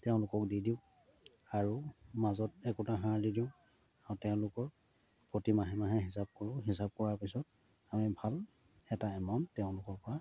তেওঁলোকক দি দিওঁ আৰু মাজত একোটা সাৰ দি দিওঁ আৰু তেওঁলোকৰ প্ৰতি মাহে মাহে হিচাপ কৰোঁ হিচাপ কৰাৰ পিছত আমি ভাল এটা এমাউণ্ট তেওঁলোকৰপৰা